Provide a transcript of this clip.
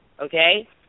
okay